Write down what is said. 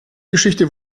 geschichte